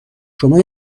شما